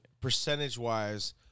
percentage-wise